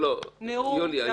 נאום יפה.